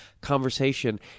conversation